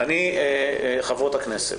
חברות הכנסת,